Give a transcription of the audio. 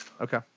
Okay